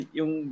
yung